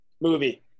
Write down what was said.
Movie